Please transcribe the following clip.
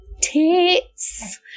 Tits